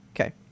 Okay